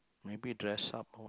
maybe dress up